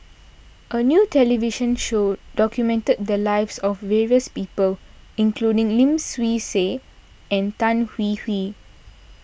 a new television show documented the lives of various people including Lim Swee Say and Tan Hwee Hwee